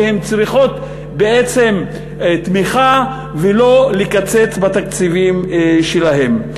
שהן צריכות בעצם תמיכה ולא קיצוץ בתקציבים שלהן.